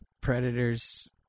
predators